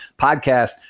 podcast